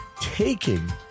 taking